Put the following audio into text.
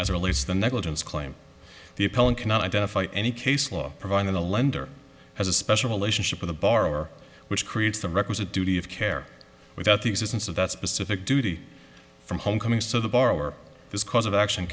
as release the negligence claim the appellant cannot identify any case law providing the lender has a special relationship with a borrower which creates the requisite duty of care without the existence of that specific duty from home coming so the borrower is cause of action